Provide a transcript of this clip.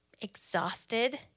exhausted